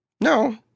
no